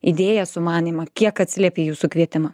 idėją sumanymą kiek atsiliepė į jūsų kvietimą